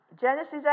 Genesis